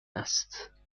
است